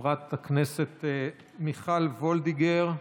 חברת הכנסת מיכל וולדיגר,